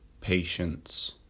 patience